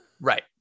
right